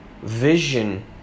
vision